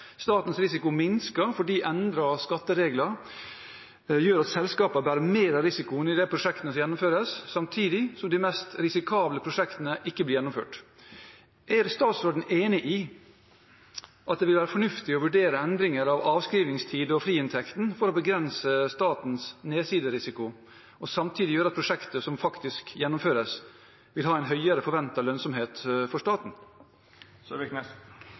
Statens risiko minsker fordi endrede skatteregler gjør at selskapene bærer mer av risikoen i de prosjektene som gjennomføres, samtidig som de mest risikable prosjektene ikke blir gjennomført. Er statsråden enig i at det vil være fornuftig å vurdere endringer i avskrivingstiden og friinntekten for å begrense statens nedsiderisiko og samtidig gjøre at prosjekter som faktisk gjennomføres, vil ha en høyere forventet lønnsomhet for staten?